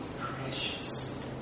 precious